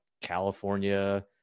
California